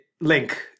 link